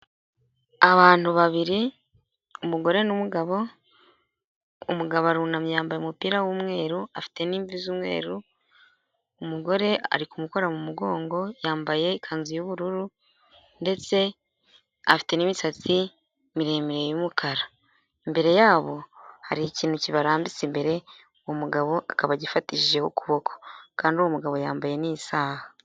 Abantu babiri umugore n'umugabo, umugabo arunamye yambaye umupira w'umweru, afite n'imvi z'umweru, umugore ari kumukora mu mugongo, yambaye ikanzu y'ubururu ndetse afite n'imisatsi miremire y'umukara. Imbere yabo hari ikintu kibarambitse imbere, uwo umugabo akaba agifatishijeho ukuboko kandi uwo mugabo yambaye n'isaha.